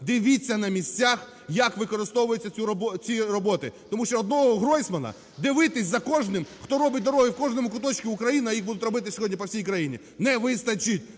дивіться на місцях, як використовуються ці роботи. Тому що одного Гройсмана дивитися за кожним, хто робить дороги в кожному куточку України, а їх будуть робити сьогодні по всій країні, не вистачить.